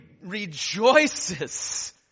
rejoices